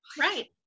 Right